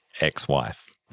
ex-wife